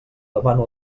demano